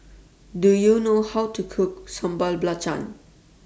Do YOU know How to Cook Sambal Belacan